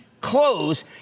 close